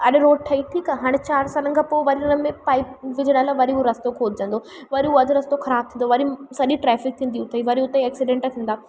हाणे रोड ठही ठीकु आहे हाणे चारि सालनि खां पोइ वञण में पाइप विझिरायलु वरी उहो रस्तो खोदजंदो वरी उहा अधु रस्तो ख़राबु थींदो वरी सॼी ट्रैफिक थींदियूं उते ई वरी उते ई एक्सीडैंट थींदा